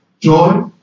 joy